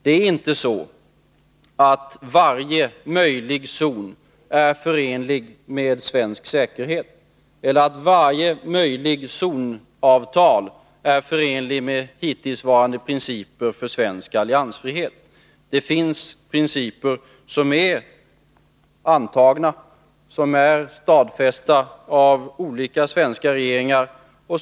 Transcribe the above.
Det är inte så att varje möjlig zon är förenlig med svensk säkerhet eller att varje möjligt zonavtal är förenligt med hittillsvarande principer för svensk alliansfrihet. Det finns principer som är antagna och stadfästa av olika svenska regeringar.